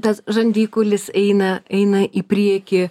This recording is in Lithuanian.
tas žandikaulis eina eina į priekį